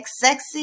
sexy